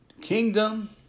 kingdom